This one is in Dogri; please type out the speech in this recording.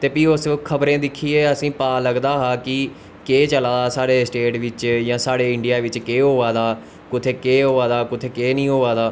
ते फ्ही उस खबरें गी दिक्खियै असेंगी पता लगदा हा कि केह् चला दा साढ़े स्टेट बिच्च जां साढ़े इंडिया बिच्च केह् होआ दा कुत्थें केह् होआ दा कुत्थें केह् नी होआ दा